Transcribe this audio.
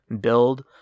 Build